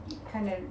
it kind of